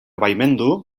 baimendu